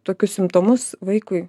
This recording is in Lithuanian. tokius simptomus vaikui